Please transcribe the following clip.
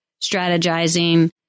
strategizing